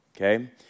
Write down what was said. okay